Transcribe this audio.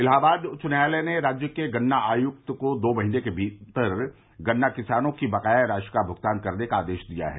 इलाहाबद उच्च न्यायालय ने राज्य के गन्ना आयुक्त को दो महीने के अन्दर गन्ना किसानों की बकाया राशि का भुगतान करने का आदेश दिया है